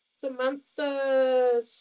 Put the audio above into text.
Samantha